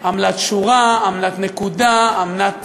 עמלת שורה, עמלת נקודה, עמלת